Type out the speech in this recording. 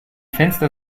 fenster